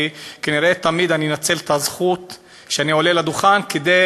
כי כנראה תמיד אני אנצל את הזכות לעלות לדוכן כדי